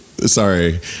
Sorry